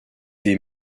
des